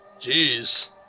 Jeez